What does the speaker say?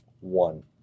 One